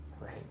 Right